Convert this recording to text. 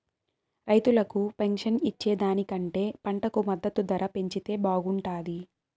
రైతులకు పెన్షన్ ఇచ్చే దానికంటే పంటకు మద్దతు ధర పెంచితే బాగుంటాది